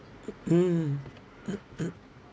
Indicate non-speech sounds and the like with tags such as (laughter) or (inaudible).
mm (coughs)